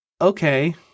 Okay